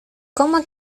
cómo